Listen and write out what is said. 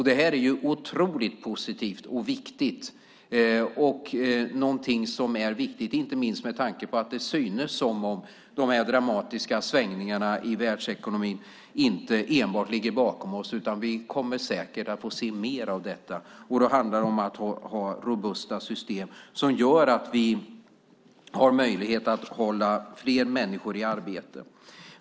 Det här är otroligt positivt och viktigt och någonting som är viktigt inte minst med tanke på att det synes som om de dramatiska svängningarna i världsekonomin inte enbart ligger bakom oss, utan vi kommer säkert att få se mer av detta. Då handlar det om att ha robusta system som gör att vi har möjlighet att hålla fler människor i arbete.